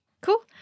Cool